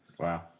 Wow